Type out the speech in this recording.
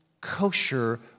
kosher